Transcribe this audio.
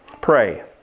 Pray